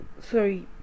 sorry